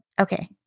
Okay